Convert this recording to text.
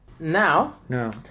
Now